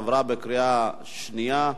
עברה בקריאה שנייה.